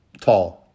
tall